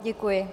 Děkuji.